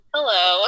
Hello